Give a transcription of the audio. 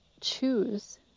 choose